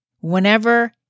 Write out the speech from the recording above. Whenever